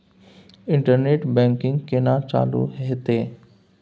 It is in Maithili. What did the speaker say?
इंटरनेट बैंकिंग केना चालू हेते?